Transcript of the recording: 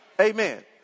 Amen